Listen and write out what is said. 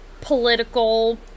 political